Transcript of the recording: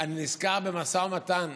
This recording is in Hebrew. אני נזכר במשא ומתן,